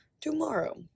tomorrow